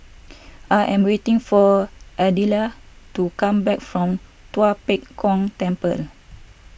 I am waiting for Ardella to come back from Tua Pek Kong Temple